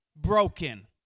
broken